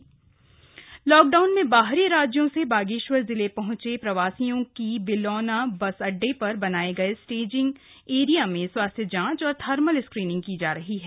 प्रवासी बागेश्वर लॉकडाउन में बाहरी राज्यों से बागेश्वर जिले पहुंचे प्रवासियों की बिलौना बस अड्डे पर बनाये गए स्टेजिंग एरिया में स्वास्थ्य जांच और थर्मल स्क्रीनिंग की जा रही है